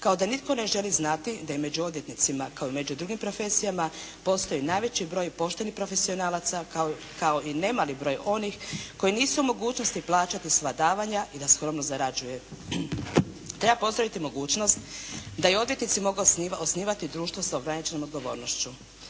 kao da nitko ne želi znati da je među odvjetnicima kao i među drugim profesijama postoji najveći broj poštenih profesionalaca, kao i nemali broj onih koji nisu u mogućnosti plaćati svladavanja i da skromno zarađuje. Treba pozdraviti mogućnost da i odvjetnici mogu osnivati društvo sa ograničenom odgovornošću,